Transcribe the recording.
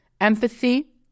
Empathy